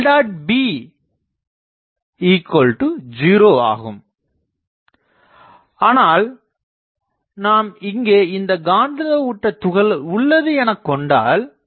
B0 ஆகும் ஆனால் நாம் இங்கே காந்த ஊட்ட துகள்கள் உள்ளது என கொண்டால் ᐁ